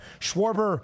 Schwarber